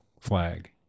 Flag